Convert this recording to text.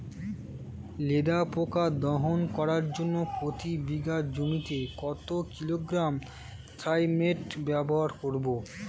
লেদা পোকা দমন করার জন্য প্রতি বিঘা জমিতে কত কিলোগ্রাম থাইমেট ব্যবহার করব?